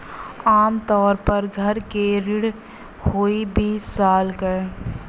आम तउर पर घर के ऋण होइ बीस साल क